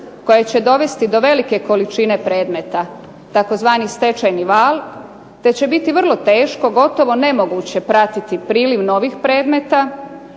koje će dovesti do velike količine predmeta, takozvani stečajni val, te će biti vrlo teško gotovo nemoguće pratiti priliv novih predmeta